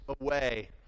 away